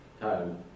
time